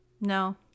no